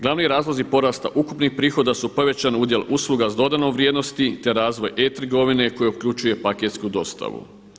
Glavni razlozi porasta ukupnih prihoda su povećani udjel usluga sa dodanom vrijednosti, te razvoj e-trgovine koja uključuje paketsku dostavu.